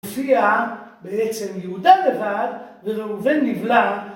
‫הופיע בעצם יהודה לבד ‫וראובן נבלע